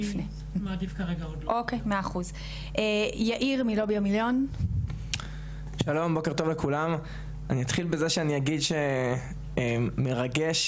אני ברשותך אהיה קצת יותר חצוף ואני אגיד שזו הזיה מוחלטת